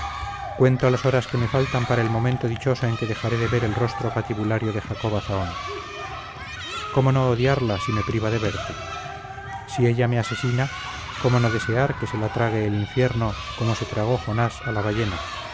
cuento las horas que me faltan para el momento dichoso en que dejaré de ver el rostro patibulario de jacoba zahón cómo no odiarla si me priva de verte si ella me asesina cómo no desear que se la trague el infierno como se tragó jonás a la ballena